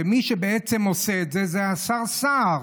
ומי שבעצם עושה את זה הוא השר סער,